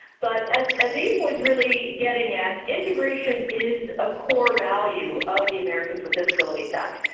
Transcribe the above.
but as as even was really getting at, integration is a core value of the americans with disabilities act.